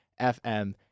FM